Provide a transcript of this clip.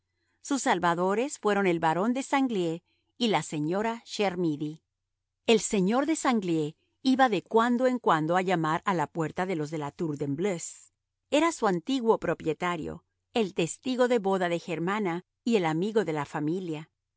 sus salvadores fueron el barón de sanglié y la señora chermidy el señor de sanglié iba de cuando en cuando a llamar a la puerta de los de la tour de embleuse era su antiguo propietario el testigo de boda de germana y el amigo de la familia